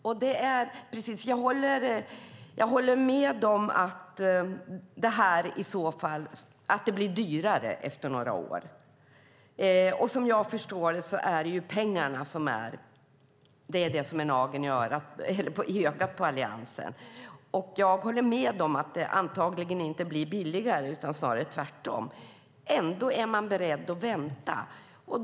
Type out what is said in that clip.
Jag håller med om att det blir dyrare efter några år. Som jag förstår det är det pengarna som är nageln i ögat på Alliansen. Jag håller med om att det antagligen inte blir billigare utan snarare tvärtom. Ändå är man beredd att vänta.